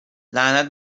لعنت